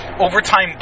overtime